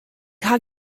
haw